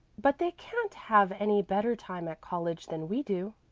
but they can't have any better time at college than we do.